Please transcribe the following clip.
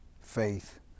faith